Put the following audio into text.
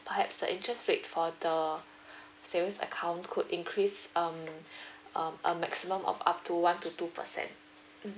perhaps the interest rate for the savings account could increase um um a maximum of up to one to two percent mm